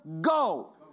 go